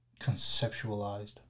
conceptualized